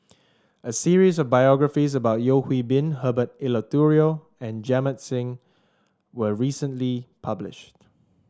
a series of biographies about Yeo Hwee Bin Herbert Eleuterio and Jamit Singh were recently published